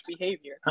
behavior